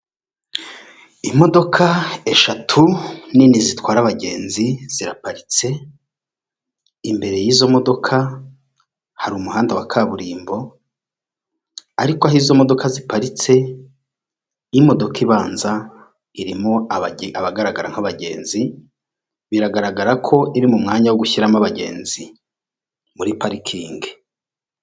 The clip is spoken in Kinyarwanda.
Imodoka eshatu nini zitwara abagenzi ziraparitse. Imbere y'izo modoka hari umuhanda wa kaburimbo ariko aho izo modoka ziparitse, imodoka ibanza irimo aba abagaragara nk'abagenzi biragaragara ko iri mu mwanya wo gushyiramo abagenzi muri parikingi.